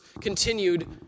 continued